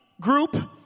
group